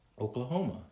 Oklahoma